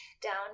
down